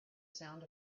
sound